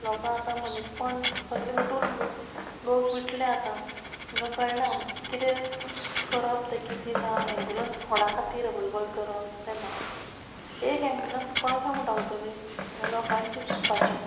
लोकां आतां मनीसपण सगळें विटून लोक विटले आतां तेंकां कयणा किदें करप तें कितें ना एम्बुलंस कोणा खातीर अवेलेबल करप तें ना एक एम्बुलंस खंय खंय म्हण धांवतली हें लोकांनी चिंतपाचें